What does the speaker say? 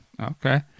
okay